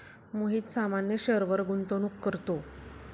मोहित सामान्य शेअरवर गुंतवणूक करतो